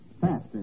Faster